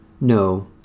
No